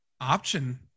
Option